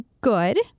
good